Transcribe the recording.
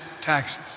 taxes